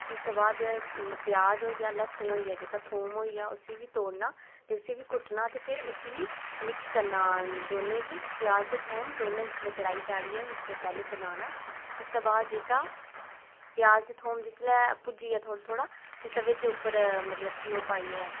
उसदे बाद प्याज होई गेआ ल्हसन होई गेआ जेह्का थूम होई गेआ उसी बी तोड़ना ते उसी बी कुट्टना ते फ्ही उसी बी मिक्स करना दौनें गी प्याज ते थूम दौनें जिसलै कडाही चाढियै ते तैह्लूं बनाना उसदे बाद जेह्का प्याज ते थूम जिसलै भुज्जी जा थोह्ड़ा थोह्ड़ा उसदे बिच उप्पर ओह् मतलब कि ओह् पाइयै